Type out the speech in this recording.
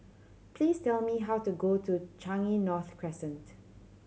please tell me how to go to Changi North Crescent